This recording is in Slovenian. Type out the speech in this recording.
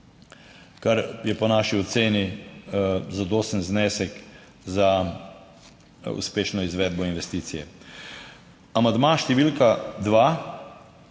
kar je po naši oceni zadosten znesek za uspešno izvedbo investicije.